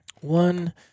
One